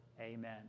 Amen